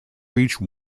reach